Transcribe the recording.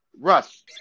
Russ